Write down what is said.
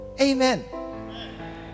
Amen